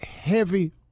heavy